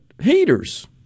heaters